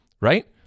right